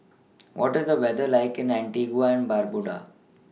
What IS The weather like in Antigua and Barbuda